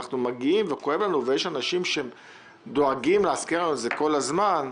יש אנשים שדואגים להזכיר לנו את זה כל הזמן,